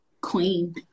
Queen